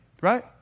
right